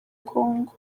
kongo